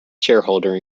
shareholder